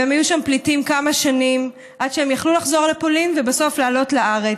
והם היו שם פליטים כמה שנים עד שהם יכלו לחזור לפולין ובסוף לעלות לארץ.